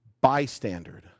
bystander